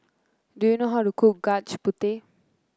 do you know how to cook Gudeg Putih